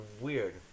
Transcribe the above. weird